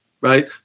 right